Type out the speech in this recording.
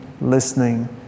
listening